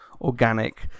organic